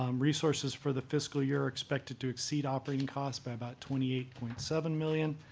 um resources for the fiscal year expected to exceed operating costs by about twenty eight point seven million